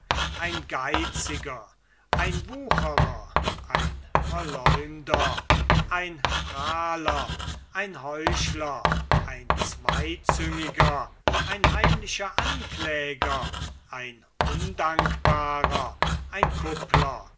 kein geiziger kein wucherer kein verleumder kein prahler kein heuchler kein zweizüngiger kein heimlicher ankläger kein undankbarer kein kuppler